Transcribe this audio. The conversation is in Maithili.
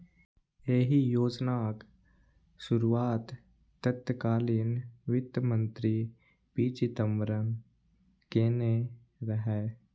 एहि योजनाक शुरुआत तत्कालीन वित्त मंत्री पी चिदंबरम केने रहै